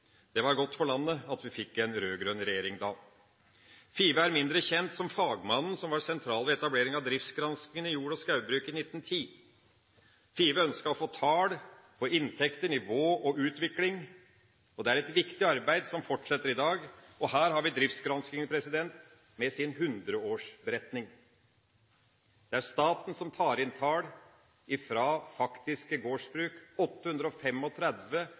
Det var godt for landet at vi fikk en rød-grønn regjering da. Five er mindre kjent som fagmannen som var sentral ved etableringa av driftsgranskende jord- og skogbruk i 1910. Five ønsket å få tall på inntekter, nivå og utvikling. Det er et viktig arbeid som fortsetter i dag, og her har vi driftsgransking med sin hundreårsberetning. Det er staten som tar inn tall fra faktiske gårdsbruk